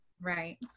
Right